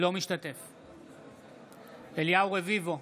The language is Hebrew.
אינו משתתף בהצבעה אליהו רביבו,